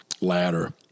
ladder